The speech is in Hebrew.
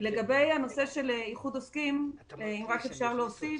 לגבי הנושא של איחוד עוסקים, אם אפשר להוסיף.